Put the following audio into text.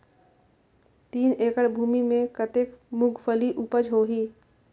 तीन एकड़ भूमि मे कतेक मुंगफली उपज होही?